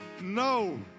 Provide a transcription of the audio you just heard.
no